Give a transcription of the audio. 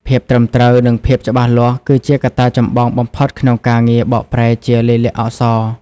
ភាពត្រឹមត្រូវ និងភាពច្បាស់លាស់ គឺជាកត្តាចម្បងបំផុតក្នុងការងារបកប្រែជាលាយលក្ខណ៍អក្សរ។